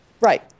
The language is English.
Right